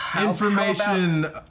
Information